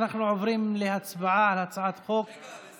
אנחנו עוברים להצבעה על הצעת חוק התוכנית,